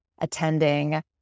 attending